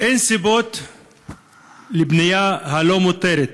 אין סיבות לבנייה הלא-מותרת,